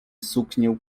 suknię